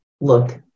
look